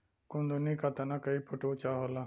कुमुदनी क तना कई फुट ऊँचा होला